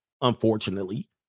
unfortunately